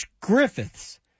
Griffiths